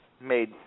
Made